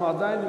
אנחנו עדיין,